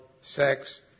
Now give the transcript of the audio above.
sex